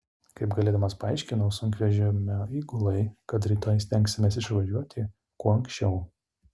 kaip galėdamas paaiškinau sunkvežimio įgulai kad rytoj stengsimės išvažiuoti kuo anksčiau